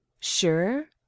sure